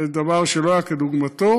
זה דבר שלא היה כדוגמתו,